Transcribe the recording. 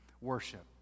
worship